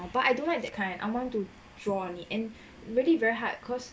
but I don't like that kind I want to draw on it and really very hard cause